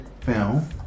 film